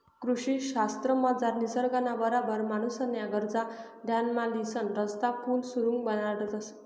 कृषी शास्त्रमझार निसर्गना बराबर माणूसन्या गरजा ध्यानमा लिसन रस्ता, पुल, सुरुंग बनाडतंस